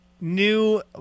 new